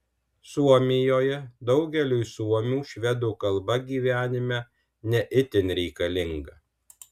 suomijoje daugeliui suomių švedų kalba gyvenime ne itin reikalinga